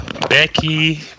becky